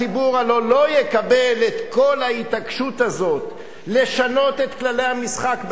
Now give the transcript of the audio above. הציבור הלוא לא יקבל את כל ההתעקשות הזאת לשנות את כללי המשחק באמצע,